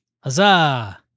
huzzah